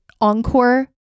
encore